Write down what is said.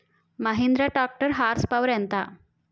Mahindra tractor horse power ఎంత?